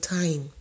time